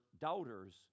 doubters